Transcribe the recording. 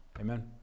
Amen